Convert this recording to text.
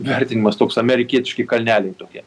vertinimas toks amerikietiški kalneliai tokie